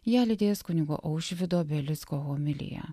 ją lydės kunigo aušvydo belicko homilija